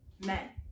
men